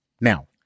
now